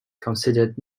considered